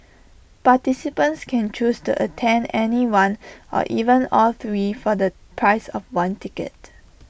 participants can choose to attend any one or even all three for the price of one ticket